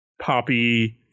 poppy